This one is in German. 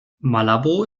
malabo